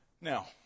Now